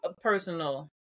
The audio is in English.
personal